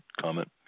comment